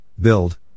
build